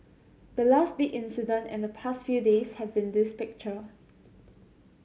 the last big incident in the past few days have been this picture